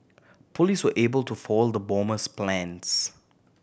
police were able to foil the bomber's plans